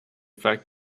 fact